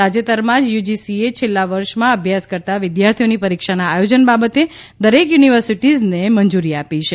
તાજેતરમાં જ તેમની યુજીસીએ છેલ્લા વર્ષમાં અભ્યાસ કરતા વિદ્યાર્થીઓની પરીક્ષાના આયોજન બાબતે દરેક યુનિવર્સિટીઝને મંજૂરી આપી છે